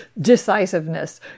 decisiveness